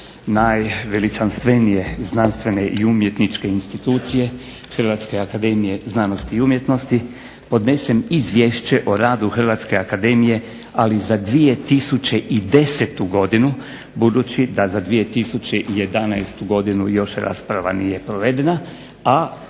najveličanstvenije znanstvene i umjetničke institucije Hrvatske akademije znanosti i umjetnosti podnesem izvješće o radu Hrvatske akademije ali za 2010. godinu budući da za 2011. godinu još rasprava nije provedena,